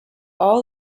all